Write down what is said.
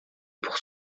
pour